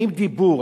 האם דיבור?